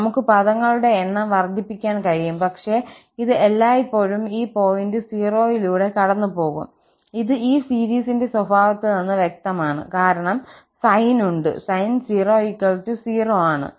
നമുക്ക് പദങ്ങളുടെ എണ്ണം വർദ്ധിപ്പിക്കാൻ കഴിയും പക്ഷേ ഇത് എല്ലായ്പ്പോഴും ഈ പോയിന്റ് 0 യിലൂടെ കടന്നുപോകും ഇത് ഈ സീരീസിന്റെ സ്വഭാവത്തിൽ നിന്ന് വ്യക്തമാണ് കാരണം സൈൻ ഉണ്ട് sin 0 0 ആണ്